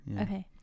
Okay